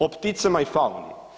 O pticama i fauni.